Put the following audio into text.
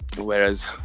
Whereas